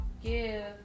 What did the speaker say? Give